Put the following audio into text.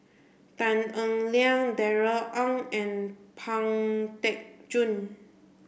Tan Eng Liang Darrell Ang and Pang Teck Joon